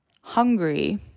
hungry